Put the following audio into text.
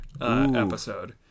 episode